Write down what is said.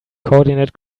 coordinate